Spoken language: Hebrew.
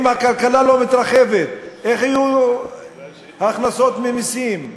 אם הכלכלה לא מתרחבת, איך יהיו הכנסות ממסים?